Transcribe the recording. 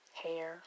hair